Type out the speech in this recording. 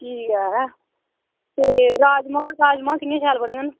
ठीक ऐ ते राजमां कि'यां शैल बनगन